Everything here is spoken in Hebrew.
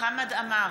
חמד עמאר,